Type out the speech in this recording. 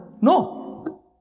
No